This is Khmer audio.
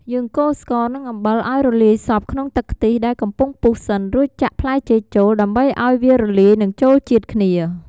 យើងកូរស្ករនិងអំបិលឱ្យរលាយសព្វក្នុងទឹកខ្ទិះដែលកំពុងពុះសិន រួចចាក់ផ្លែចេកចូល ដើម្បីឱ្យវារលាយនិងចូលជាតិគ្នា ។